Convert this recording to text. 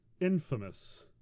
infamous